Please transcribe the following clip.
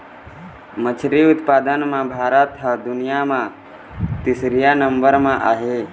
मछरी उत्पादन म भारत ह दुनिया म तीसरइया नंबर म आहे